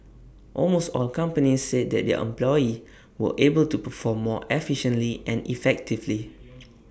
almost all companies said that their employees were able to perform more efficiently and effectively